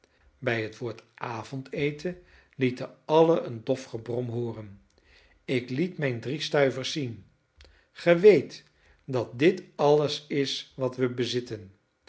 bij het woord avondeten lieten allen een dof gebrom hooren ik liet mijn drie stuivers zien ge weet dat dit alles is wat we bezitten